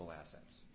assets